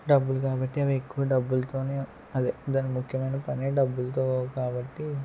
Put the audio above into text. డబ్బులు కాబట్టి అవి ఎక్కువ డబ్బులతోనే అదే దాని ముఖ్యమైన పని డబ్బులతో కాబట్టి